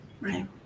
right